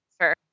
Sure